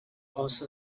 also